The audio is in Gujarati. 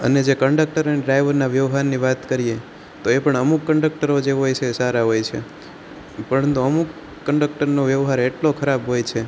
અને જે કંડક્ટર અને ડ્રાઇવરના વ્યવહારની વાત કરી એ તો એ પણ અમુક કંડક્ટરો એ જે હોય છે એ સારા હોય છે પણ અમુક કંડક્ટરનો વ્યવહાર એટલો ખરાબ હોય છે